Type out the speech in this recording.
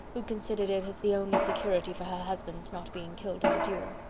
who considered it as the only security for her husband's not being killed in a duel.